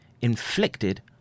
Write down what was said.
inflicted